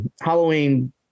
halloween